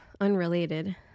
unrelated